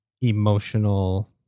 emotional